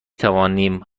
توانیم